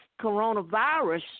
coronavirus